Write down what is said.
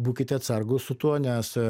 būkite atsargūs su tuo nes